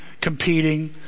competing